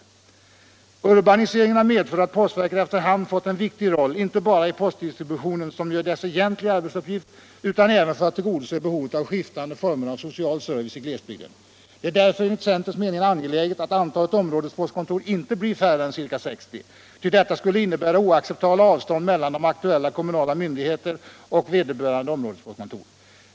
postverket Urbaniseringen har medfört att postverket efter hand fått en viktig roll inte bara i postdistributionen — som ju är dess egentliga arbetsuppgift — utan även för att tillgodose behovet av skiftande former av social service i glesbygden. Det är därför enligt centerns mening angeläget att antalet områdespostkontor inte blir firre än ca 60, ty detta skulle innebära oacceptabla avstånd mellan aktuella kommunala myndigheter och vederbörande områdespostkontor.